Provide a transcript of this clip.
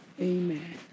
amen